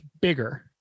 bigger